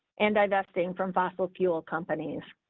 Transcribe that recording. and investing from fossil fuel companies,